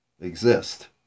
exist